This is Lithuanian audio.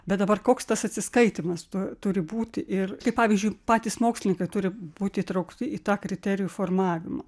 bet dabar koks tas atsiskaitymas turi būti ir kaip pavyzdžiui patys mokslininkai turi būti įtraukti į tą kriterijų formavimą